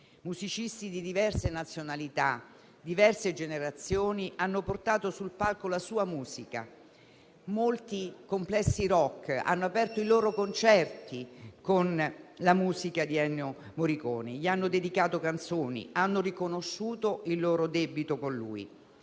musicisti di diverse nazionalità e di diverse generazioni hanno portato sul palco la sua musica. Molti complessi *rock* hanno aperto i loro concerti con la musica di Ennio Morricone, gli hanno dedicato canzoni, hanno riconosciuto il loro debito con lui.